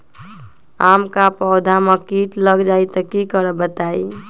आम क पौधा म कीट लग जई त की करब बताई?